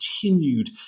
continued